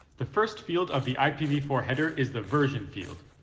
the first field of the i p v four header is the version field.